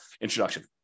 introduction